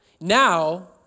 Now